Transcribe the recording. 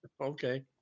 okay